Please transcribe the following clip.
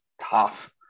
tough